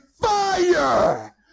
fire